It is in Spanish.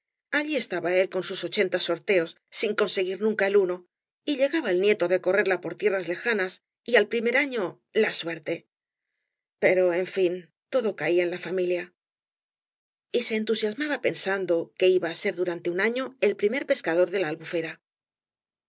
allí estaba él con sus ochenta sorteos sin conseguir nunca el uno y llegaba el nieto de correrla por tierras lejanas y al primer año la suerte pero en fin todo caía en la familia y se entusiasmaba pensando que iba ser durante un afio el primer pes eador de la albufera